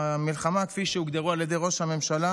המלחמה כפי שהוגדרו על ידי ראש הממשלה.